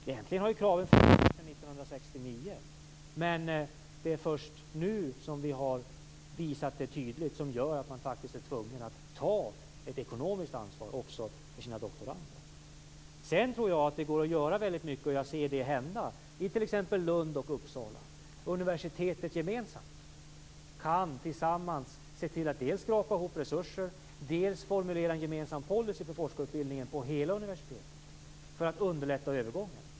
Egentligen har kraven funnits redan sedan 1969, men det är först nu som problemet har visat sig tydligt, vilket gör att man faktiskt är tvungen att ta ett ekonomiskt ansvar också för sina doktorander. Sedan tror jag att det går att göra väldigt mycket, och jag ser det hända i t.ex. Lund och Uppsala. Vid universitetet kan man gemensamt dels se till att skrapa ihop resurser, dels formulera en gemensam policy för forskarutbildningen på hela universitetet för att underlätta övergången.